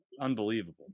unbelievable